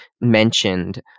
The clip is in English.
mentioned